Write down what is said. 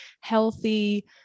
healthy